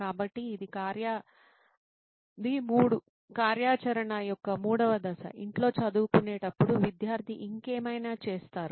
కాబట్టి ఇది 3 కార్యాచరణ యొక్క మూడవ దశ ఇంట్లో చదువుకునేటప్పుడు విద్యార్థి ఇంకేమైనా చేస్తారు